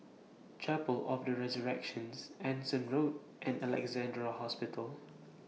Chapel of The Resurrections Anson Road and Alexandra Hospital